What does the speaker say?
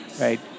right